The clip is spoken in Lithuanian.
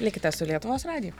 likite su lietuvos radiju